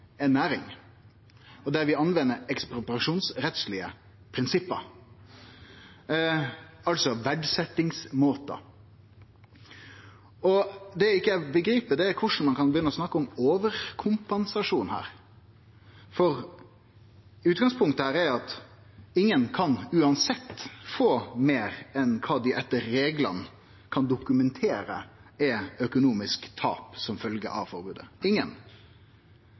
næring, og ein brukar ekspropriasjonsrettslege prinsipp, altså verdsetjingsmåtar. Det eg ikkje begrip, er korleis ein kan begynne å snakke om overkompensasjon, for utgangspunktet er at ingen uansett kan få meir enn det dei etter reglane kan dokumentere er økonomisk tap som følgje av forbodet – ingen.